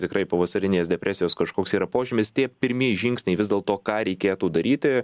tikrai pavasarinės depresijos kažkoks yra požymis tie pirmieji žingsniai vis dėlto ką reikėtų daryti